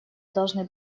должны